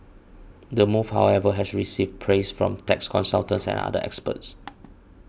the move however has received praise from tax consultants and other experts